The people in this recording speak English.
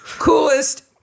Coolest